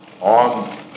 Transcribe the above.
on